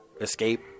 escape